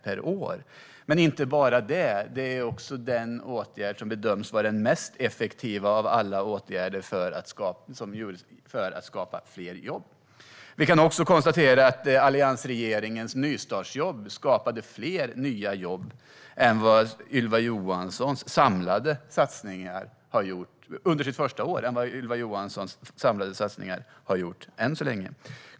Men det är inte bara det, utan det är också den åtgärd som bedöms vara den mest effektiva åtgärden av alla åtgärder för att skapa fler jobb. Vi kan också konstatera att Alliansens nystartsjobb skapade fler nya jobb under det första året än vad Ylva Johanssons samlade satsningar har gjort än så länge.